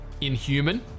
Inhuman